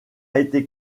été